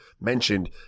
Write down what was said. mentioned